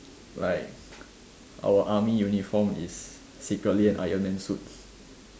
like our army uniform is secretly an iron man suit